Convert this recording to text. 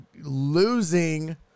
losing